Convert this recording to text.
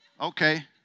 Okay